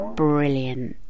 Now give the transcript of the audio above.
brilliant